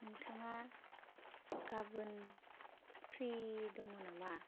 नोंथांआ गाबोन फ्रि दं नामा